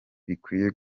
bikwiye